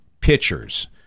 pitchers